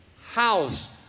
house